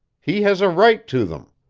he has a right to them.